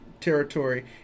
territory